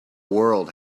world